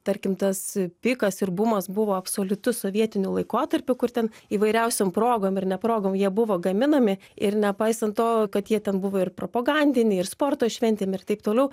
tarkim tas pikas ir bumas buvo absoliutus sovietiniu laikotarpiu kur ten įvairiausiom progom ir ne progom jie buvo gaminami ir nepaisant to kad jie ten buvo ir propagandiniai ir sporto šventėm ir taip toliau